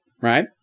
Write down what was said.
right